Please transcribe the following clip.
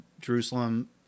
Jerusalem